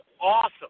awesome